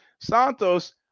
Santos